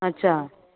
अच्छा